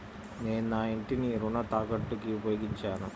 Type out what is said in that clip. నేను నా ఇంటిని రుణ తాకట్టుకి ఉపయోగించాను